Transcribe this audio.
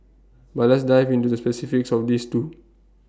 but let's dive into the specifics of these two